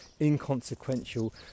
inconsequential